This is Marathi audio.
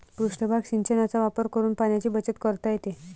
पृष्ठभाग सिंचनाचा वापर करून पाण्याची बचत करता येते